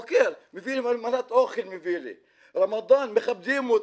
חוקר, הביא לי מנת אוכל; רמדאן מכבדים אותי.